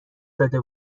زده